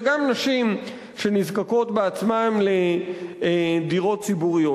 וגם נשים שנזקקות בעצמן לדירות ציבוריות,